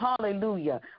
Hallelujah